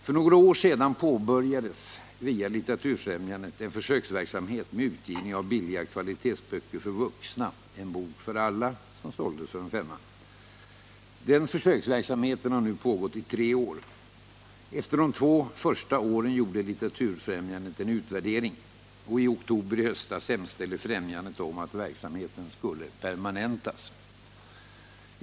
För några år sedan påbörjades via Litteraturfrämjandet en försöksverksamhet med utgivning av billiga kvalitetsböcker för vuxna, En bok för alla, som såldes för en femma. Försöksverksamheten har nu pågått i tre år. Efter de två första åren gjorde Litteraturfrämjandet en utvärdering. I oktober i höstas hemställde Litteraturfrämjandet om att verksamheten skulle permanentas.